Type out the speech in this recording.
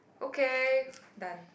okay done